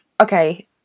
okay